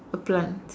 a plant